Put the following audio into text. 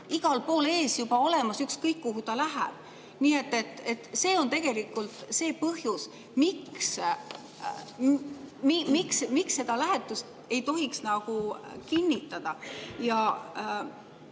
igal pool ees juba olemas, ükskõik, kuhu ta läheb. Nii et see on tegelikult see põhjus, miks seda lähetust ei tohiks kinnitada. Uudistes